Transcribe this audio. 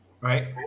right